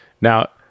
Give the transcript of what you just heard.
now